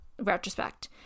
retrospect